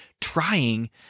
trying